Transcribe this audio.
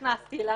נכנסתי אליו